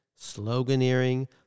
sloganeering